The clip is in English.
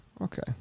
Okay